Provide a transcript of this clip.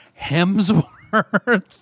Hemsworth